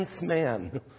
man